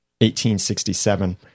1867